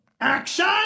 action